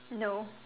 no